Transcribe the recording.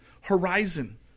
Horizon